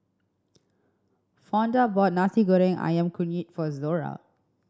Fonda bought Nasi Goreng Ayam Kunyit for Zora